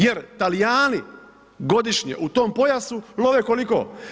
Jer Talijani godišnje u tom pojasu love koliko?